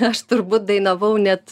aš turbūt dainavau net